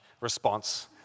response